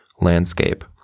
landscape